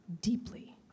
deeply